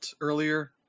earlier